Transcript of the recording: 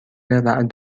رعد